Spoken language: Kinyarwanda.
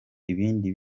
ibindi